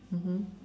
mmhmm